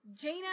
Jaina